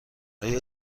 آیا